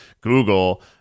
Google